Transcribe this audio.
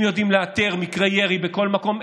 אם יודעים לאתר מקרי ירי בכל מקום,